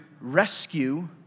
rescue